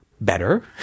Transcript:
better